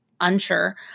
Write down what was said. unsure